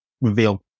reveal